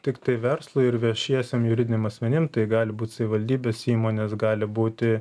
tiktai verslui ir viešiesiem juridiniam asmenim tai gali būt savivaldybės įmonės gali būti